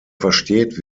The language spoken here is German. versteht